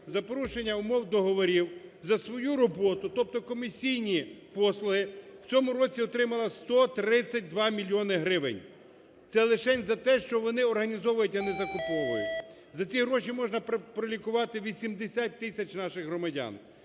за порушення умов договорів, за свою роботу, тобто комісійні послуги, в цьому році отримала 132 мільйона гривень. Це лишень за те, що вони організовують, а не закуповують, за ці гроші можна пролікувати 80 тисяч наших громадян.